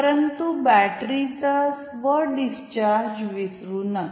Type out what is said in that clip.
परंतु बॅटरीचे स्व डिस्चार्ज विसरू नका